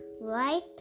right